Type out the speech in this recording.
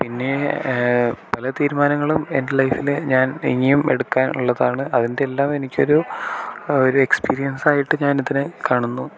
പിന്നെ പല തീരുമാനങ്ങളും എൻ്റെ ലൈഫിൽ ഞാൻ ഇനിയും എടുക്കാൻ ഉള്ളതാണ് അതിൻ്റെ എല്ലാം എനിക്കൊരു ഒരു എക്സ്പീരിയൻസായിട്ട് ഞാൻ ഇതിനെ കാണുന്നു